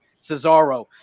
Cesaro